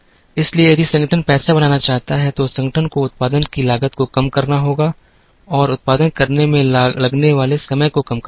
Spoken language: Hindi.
इसलिए यदि संगठन पैसा बनाना चाहता है तो संगठन को उत्पादन की लागत को कम करना होगा और उत्पादन करने में लगने वाले समय को कम करना होगा